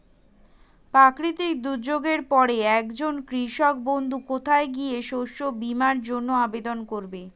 প্রাকৃতিক দুর্যোগের পরে একজন কৃষক বন্ধু কোথায় গিয়ে শস্য বীমার জন্য আবেদন করবে?